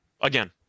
again